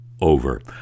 over